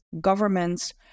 governments